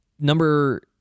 Number